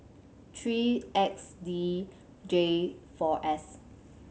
three X D J four S